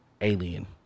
alien